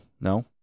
no